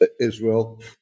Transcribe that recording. Israel